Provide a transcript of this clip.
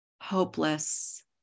hopeless